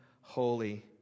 holy